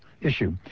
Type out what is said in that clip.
issue